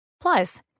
Plus